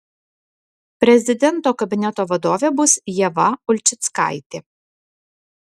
prezidento kabineto vadovė bus ieva ulčickaitė